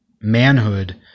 manhood